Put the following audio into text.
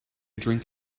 drink